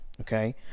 okay